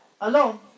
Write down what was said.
alone